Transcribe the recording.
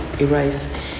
erase